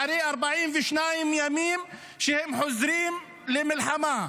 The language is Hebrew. אחרי 42 ימים, הם חוזרים למלחמה?